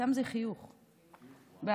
אבתיסאם זה חיוך בערבית.